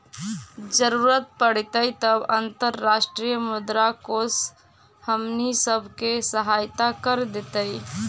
जरूरत पड़तई तब अंतर्राष्ट्रीय मुद्रा कोश हमनी सब के सहायता कर देतई